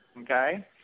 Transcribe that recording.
okay